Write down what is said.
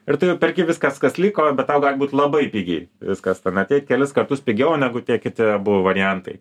ir tu jau perki viskas kas liko bet tau gali būt labai pigiai viskas ten ateit kelis kartus pigiau negu tie kiti buvo variantai